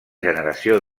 generació